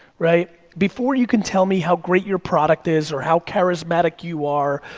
right, before you can tell me how great your product is or how charismatic you are,